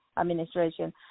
administration